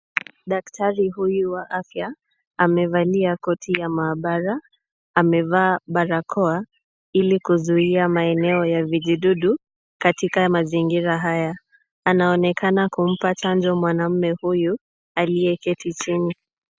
Daktari huyu wa afya amevalia koti ya maabara, amevaa barakoa ili kuzuia maeneo ya vijidudu katika mazingira haya. Anaonekana kumpa chanjo mwanamme huyu aliyeketi chini.